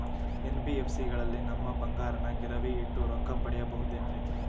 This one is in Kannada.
ಎನ್.ಬಿ.ಎಫ್.ಸಿ ಗಳಲ್ಲಿ ನಮ್ಮ ಬಂಗಾರನ ಗಿರಿವಿ ಇಟ್ಟು ರೊಕ್ಕ ಪಡೆಯಬಹುದೇನ್ರಿ?